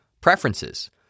preferences